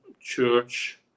Church